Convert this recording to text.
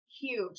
huge